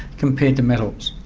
compared to metals.